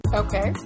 okay